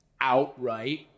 outright